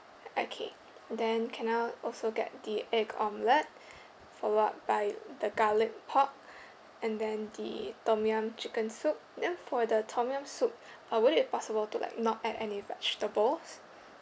okay then can I also get the egg omelette followed up by the garlic pork and then the tom yum chicken soup then for the tom yum soup uh would it possible to like not add any vegetables